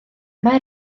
mae